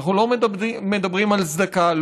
אנחנו לא מדברים על צדקה,